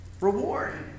reward